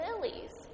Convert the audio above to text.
lilies